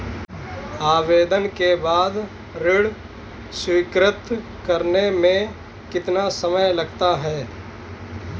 आवेदन के बाद ऋण स्वीकृत करने में कितना समय लगता है?